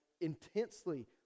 intensely